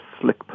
slick